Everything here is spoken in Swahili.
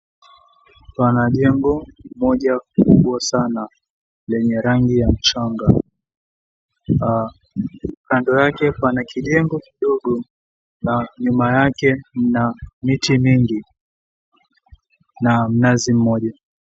Pana jengo moja kubwa sana lenye rangi ya mchanga. Kando yake pana kijengo kidogo na nyuma yake mna miti mingi na mnazi moja.